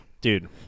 dude